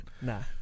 nah